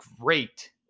great